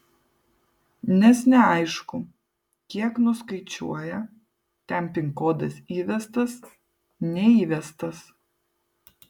nes neaišku kiek nuskaičiuoja ten pin kodas įvestas neįvestas